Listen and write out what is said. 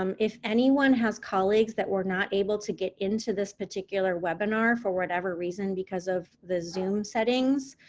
um if anyone has colleagues that were not able to get into this particular webinar for whatever reason, because of the zoom settings,